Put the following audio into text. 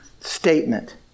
statement